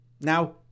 Now